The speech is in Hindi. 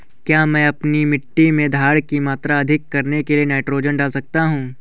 क्या मैं अपनी मिट्टी में धारण की मात्रा अधिक करने के लिए नाइट्रोजन डाल सकता हूँ?